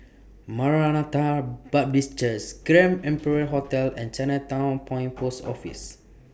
Maranatha Baptist Churches Grand Imperial Hotel and Chinatown Point Post Office